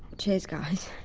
cheers guys.